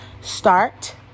Start